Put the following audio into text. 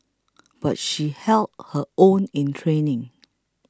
but she held her own in training